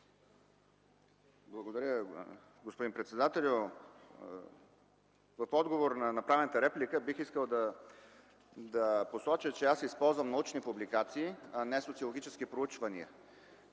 Благодаря Ви, господин председателю. В отговор на направената реплика бих искал да посоча, че аз използвам научни публикации, а не социологически проучвания.